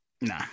nah